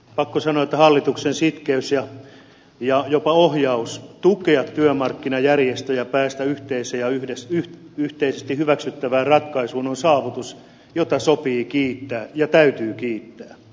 pakko sanoa että hallituksen sitkeys jopa ohjaus työmarkkinajärjestöjen tukemisessa ja yhteiseen ja yhteisesti hyväksyttävään ratkaisuun pääsemisessä on saavutus jota sopii kiittää ja täytyy kiittää